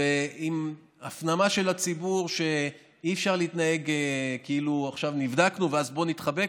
ועם הפנמה של הציבור שאי-אפשר להתנהג כאילו: עכשיו נבדקנו אז נתחבק,